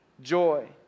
joy